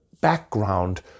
background